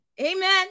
Amen